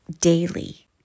daily